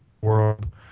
world